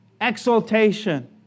Exaltation